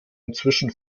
inzwischen